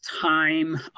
time